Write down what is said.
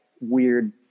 weird